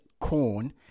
corn